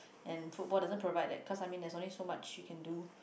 and football doesn't provide that cause I mean there's only so much you can do